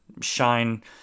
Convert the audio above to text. shine